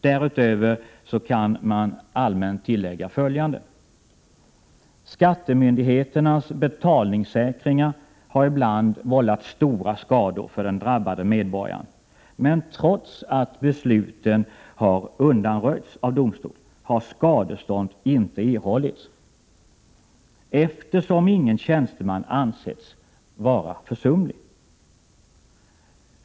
Därutöver kan allmänt tilläggas följande. Skattemyndigheternas betalningssäkringar har ibland vållat stora skador för den drabbade medborgaren, men trots att besluten har undanröjts av domstol har skadestånd inte erhållits eftersom ingen tjänsteman ansetts vara försumlig.